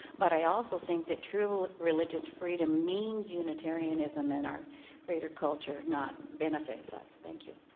but i also think that true religious freedom means unitarianism in our greater culture, not benefits us. thank you.